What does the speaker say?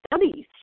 studies